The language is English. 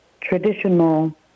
traditional